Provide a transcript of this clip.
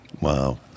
Wow